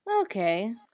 Okay